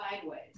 sideways